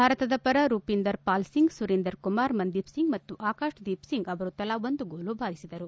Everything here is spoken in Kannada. ಭಾರತದ ಪರ ರೂಪೀಂದರ್ ಪಾಲ್ಸಿಂಗ್ ಸುರೇಂದ್ರ ಕುಮಾರ್ ಮನ್ದೀಪ್ ಸಿಂಗ್ ಮತ್ತು ಆಕಾಶ್ದೀಪ್ ಸಿಂಗ್ ಅವರು ತಲಾ ಒಂದು ಗೋಲು ಬಾರಿಸಿದರು